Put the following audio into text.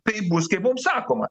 tai bus kaip mum sakoma